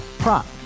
prop